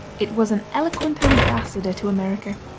it was an eloquent ambassador to america.